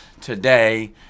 today